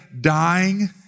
dying